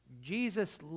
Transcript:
Jesus